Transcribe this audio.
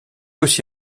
aussi